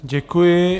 Děkuji.